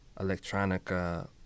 electronica